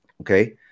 Okay